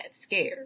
scared